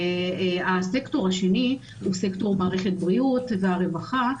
הסקטור השני הוא סקטור מערכת הבריאות והרווחה,